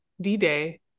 D-Day